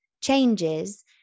changes